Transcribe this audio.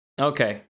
Okay